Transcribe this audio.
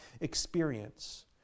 experience